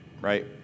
right